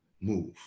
move